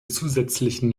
zusätzlichen